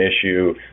issue